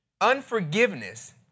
Unforgiveness